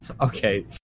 Okay